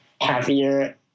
happier